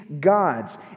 gods